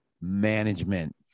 management